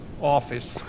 office